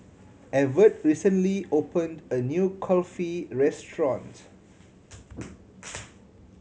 Evertt recently opened a new Kulfi restaurant